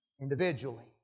individually